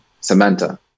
samantha